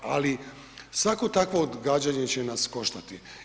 Ali svako takvo odgađanje će nas koštati.